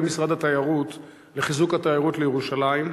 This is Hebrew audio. משרד התיירות לחיזוק התיירות לירושלים?